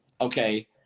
Okay